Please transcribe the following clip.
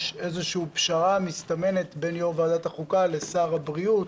איזושהי פשרה שמסתמנת בין יו"ר ועדת החוקה לשר הבריאות,